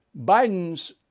Biden's